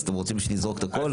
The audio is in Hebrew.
אז אתם רוצים שנזרוק את הכול?